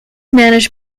managed